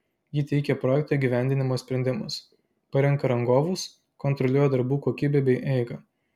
ji teikia projekto įgyvendinimo sprendimus parenka rangovus kontroliuoja darbų kokybę bei eigą